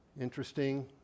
Interesting